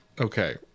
okay